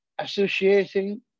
associating